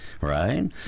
Right